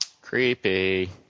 Creepy